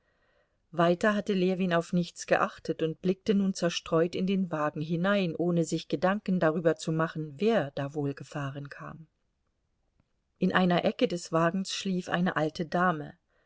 weiter hatte ljewin auf nichts geachtet und blickte nun zerstreut in den wagen hinein ohne sich gedanken darüber zu machen wer da wohl gefahren kam in einer ecke des wagens schlief eine alte dame